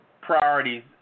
priorities